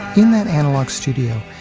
in that analog studio,